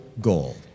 goal